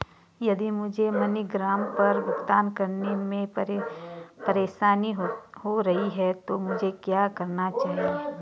यदि मुझे मनीग्राम पर भुगतान करने में परेशानी हो रही है तो मुझे क्या करना चाहिए?